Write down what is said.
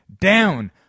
down